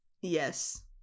Yes